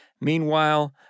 Meanwhile